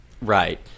right